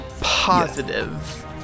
Positive